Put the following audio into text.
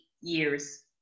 years